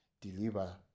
deliver